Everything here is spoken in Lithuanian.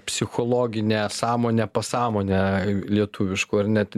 psichologinę sąmonę pasąmonę lietuviškų ar net